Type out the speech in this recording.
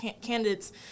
candidates